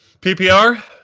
PPR